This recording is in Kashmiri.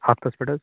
ہفتَس پٮ۪ٹھ حظ